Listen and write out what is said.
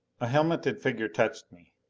a helmeted figure touched me.